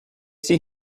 see